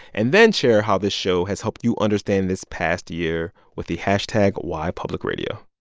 and then share how this show has helped you understand this past year with the hashtag whypublicradio